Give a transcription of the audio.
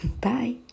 Bye